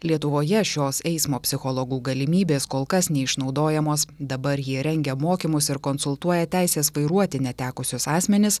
lietuvoje šios eismo psichologų galimybės kol kas neišnaudojamos dabar jie rengia mokymus ir konsultuoja teisės vairuoti netekusius asmenis